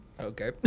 Okay